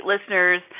listeners